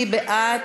מי בעד?